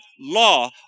law